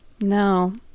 No